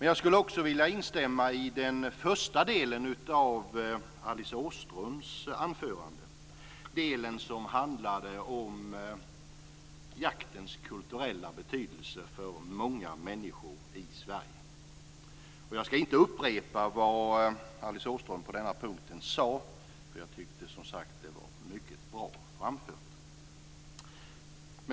Jag vill också instämma i den första delen av Alice Åströms anförande, den del som handlade om jaktens kulturella betydelse för många människor i Sverige. Jag ska inte upprepa vad Alice Åström på den punkten sade, men jag tyckte att det var mycket bra framfört.